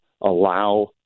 allow